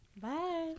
Bye